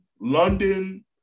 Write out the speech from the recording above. London